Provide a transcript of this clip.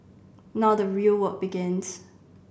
now the real work begins